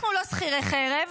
אנחנו לא שכירי חרב.